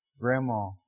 grandma